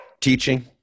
teaching